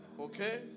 Okay